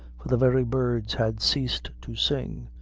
for the very birds had ceased to sing,